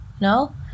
no